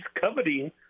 coveting